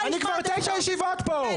אני כבר תשע ישיבות פה.